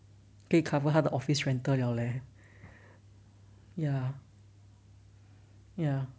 可以 cover 他的 office rental liao leh ya ya